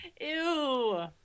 ew